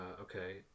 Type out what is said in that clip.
Okay